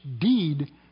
deed